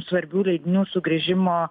svarbių leidinių sugrįžimo